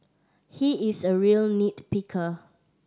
he is a real nit picker